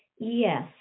Yes